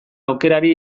aukerari